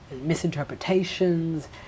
misinterpretations